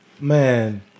Man